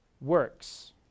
works